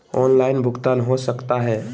Online भुगतान हो सकता है?